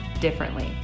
differently